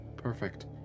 Perfect